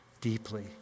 deeply